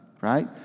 right